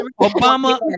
Obama